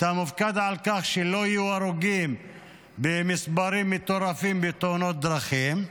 אתה מופקד על כך שלא יהיו הרוגים במספרים מטורפים בתאונות דרכים.